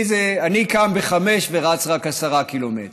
אני קם ב-05:00 ורץ רק עשרה קילומטר.